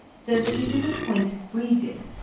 so that it is a point of breeding,